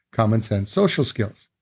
common sense, social skills.